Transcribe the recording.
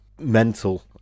mental